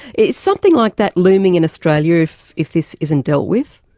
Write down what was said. is something like that looming in australia if if this isn't dealt with?